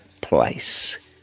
place